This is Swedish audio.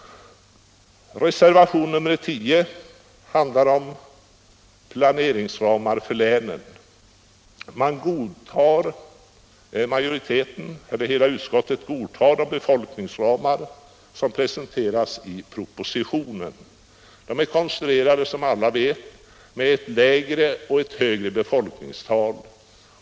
Reservation 10 handlar om planeringsramar för länen. Utskottet godtar de befolkningsramar som presenteras i propositionen. De är som alla vet konstruerade så att de har ett lägre och ett högre befolkningstal.